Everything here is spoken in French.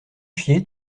chier